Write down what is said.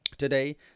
Today